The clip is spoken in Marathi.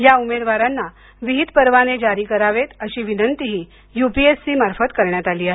या उमेदवारांना विहित परवाने जारी करावेत अशी विनंतीही यु पी एस सी मार्फत करण्यात आली आहे